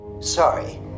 Sorry